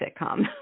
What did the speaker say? sitcom